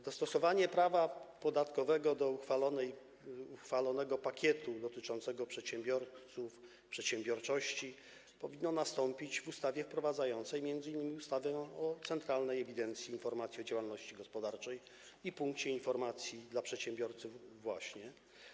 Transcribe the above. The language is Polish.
Dostosowanie prawa podatkowego do uchwalonego pakietu dotyczącego przedsiębiorców, przedsiębiorczości powinno nastąpić w ustawie wprowadzającej m.in. ustawę o Centralnej Ewidencji i Informacji o Działalności Gospodarczej i Punkcie Informacji dla Przedsiębiorcy.